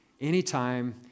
Anytime